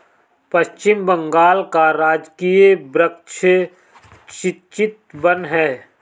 पश्चिम बंगाल का राजकीय वृक्ष चितवन है